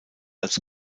als